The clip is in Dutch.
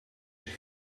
zich